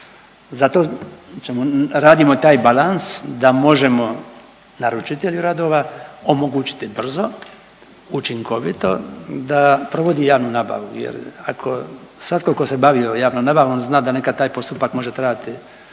ćemo, radimo taj balans da možemo naručitelju radova omogućiti brzo, učinkovito da provodi javnu nabavu jer ako svako tko se bavio javnom nabavom zna da nekad taj postupak može trajati